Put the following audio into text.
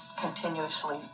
continuously